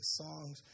songs